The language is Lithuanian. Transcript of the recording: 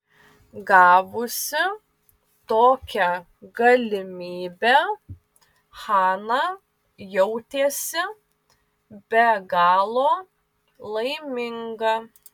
gavusi tokią galimybę hana jautėsi be galo laiminga